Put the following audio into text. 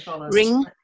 ring